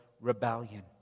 rebellion